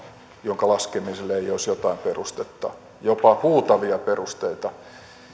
jonka laskemiselle ei olisi jotain perustetta jopa huutavia perusteita